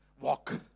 walk